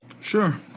Sure